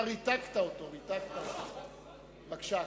בבקשה.